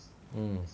mm